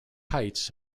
heights